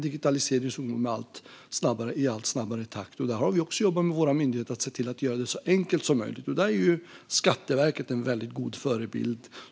Digitaliseringen går i allt snabbare takt, och våra myndigheter jobbar för att göra det så enkelt som möjligt. Här är Skatteverket en bra förebild.